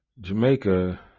Jamaica